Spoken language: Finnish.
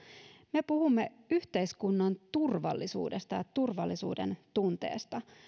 me puhumme yhteiskunnan turvallisuudesta ja turvallisuudentunteesta